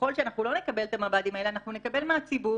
ככל שלא נקבל את המב"דים האלה נקבל מהציבור